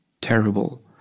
terrible